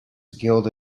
guild